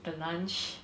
the lunch